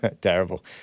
Terrible